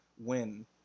win